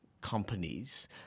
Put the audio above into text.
companies